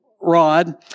rod